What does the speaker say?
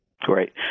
Great